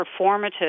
performative